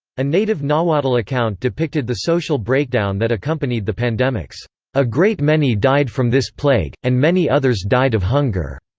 a native nahuatl account depicted the social breakdown that accompanied the pandemics a great many died from this plague, and many others died of hunger.